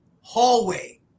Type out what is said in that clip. hallway